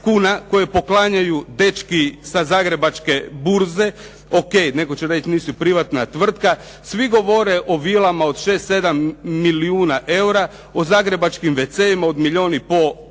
kuna koje poklanjaju dečki za Zagrebačke burze. O.k. netko će reći nisu privatna tvrtka, svi govore o vilama od 6, 7, milijuna eura, o zagrebačkim WC-ima od milijun i pol kuna,